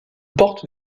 porte